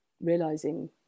realizing